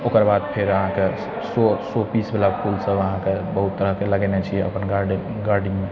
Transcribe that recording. ओकर बाद फेर अहाँके शो शो पीसवला फूल सब अहाँके बहुत तरह के लगेने छियै अपन गार्डेन गार्डेनमे